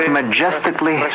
majestically